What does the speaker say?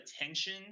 attention